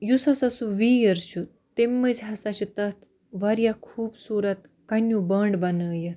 یُس ہَسا سُہ ویٖر چھُ تَمہِ مٔنٛزۍ ہَسا چھُ تَتھ واریاہ خوٗبصوٗرَت کَنیٛو بَنٛڈ بنٲیِتھ